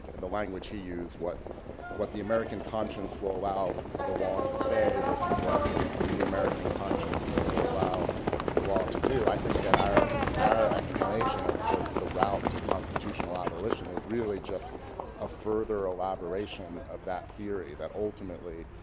and the language he used, what was the american conscience will allow the law to say versus what the american conscience will allow the law to do. i think that our our explanation of the the route to constitutional abolition is really just a further elaboration of that theory. that ultimately,